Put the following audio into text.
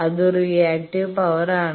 അതൊരു reactive power ആണ്